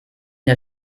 der